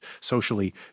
socially